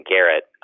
Garrett